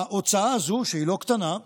ההוצאה הזו, שהיא לא קטנה,